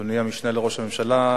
אדוני המשנה לראש הממשלה,